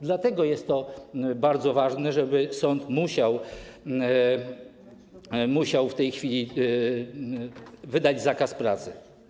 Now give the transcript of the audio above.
Dlatego jest to bardzo ważne, żeby sąd musiał w tej chwili wydać zakaz pracy.